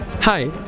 Hi